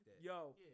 yo